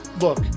look